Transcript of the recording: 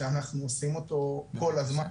שאנחנו עושים אותו כל הזמן.